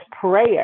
prayer